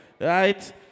Right